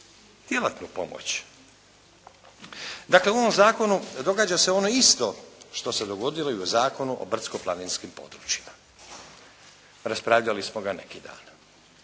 djelatnu pomoć. Dakle, u ovom zakonu događa se ono isto što se dogodilo i u Zakonu o brdsko-planinskim područjima. Raspravljali smo ga neki dan.